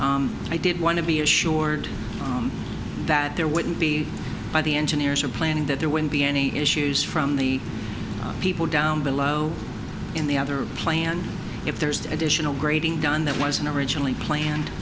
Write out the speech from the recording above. i did want to be assured that there wouldn't be by the engineers or planning that there would be any issues from the people down below in the other plan if there's additional grading done that wasn't originally planned